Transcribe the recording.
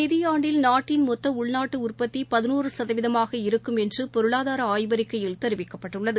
நிதியாண்டில் நாட்டின் மொத்தஉள்நாட்டுஉற்பத்தி வரும் இரக்கும் என்றுபொருளாதாரஆய்வறிக்கையில் தெரிவிக்கப்பட்டுள்ளது